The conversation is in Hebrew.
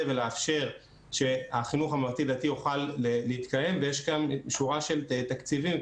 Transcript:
ולאפשר שהחינוך הממלכתי-דתי יוכל להתקיים ויש כאן שורה של תקציבים,